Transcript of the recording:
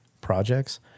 projects